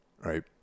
right